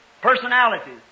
Personalities